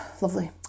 Lovely